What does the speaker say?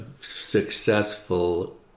successful